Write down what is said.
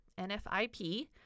NFIP